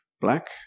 black